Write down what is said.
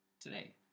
today